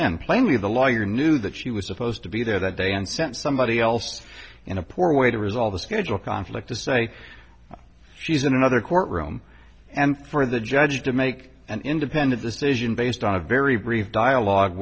in plainly the lawyer knew that she was supposed to be there that day and sent somebody else in a poor way to resolve the spiritual conflict to say she's in another court room and for the judge to make an independent decision based on a very brief dialogue